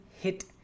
hit